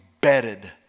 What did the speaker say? bedded